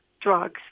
drugs